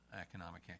economic